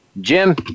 Jim